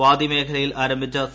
വാദി മേഖലയിൽ ആരംഭിച്ച സി